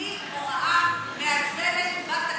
בלי הוראה מאזנת בתקציב.